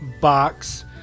box